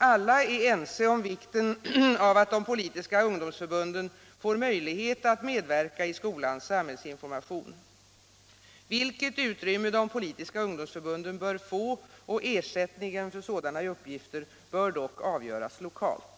Alla är ense om vikten av att de politiska ungdomsförbunden får möjlighet att medverka i skolans samhällsinformation. Vilket utrymme de politiska ungdomsförbunden bör få och ersättningen för sådana uppgifter bör dock avgöras lokalt.